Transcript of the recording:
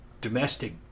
domestic